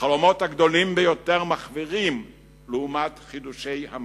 החלומות הגדולים ביותר מחווירים לעומת חידושי המדע.